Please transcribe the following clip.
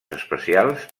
especials